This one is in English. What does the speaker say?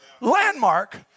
landmark